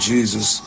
Jesus